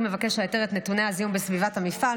מבקש ההיתר את נתוני הזיהום בסביבת המפעל.